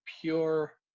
pure